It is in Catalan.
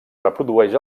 reprodueix